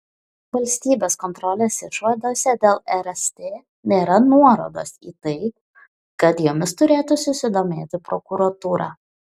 valstybės kontrolės išvadose dėl rst nėra nuorodos į tai kad jomis turėtų susidomėti prokuratūra